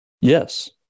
Yes